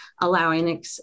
allowing